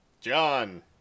John